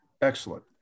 excellent